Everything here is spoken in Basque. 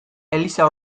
eliza